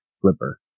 flipper